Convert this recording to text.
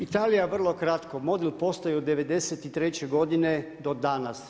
Italija je vrlo kratko, model postoji od '93. godine do danas.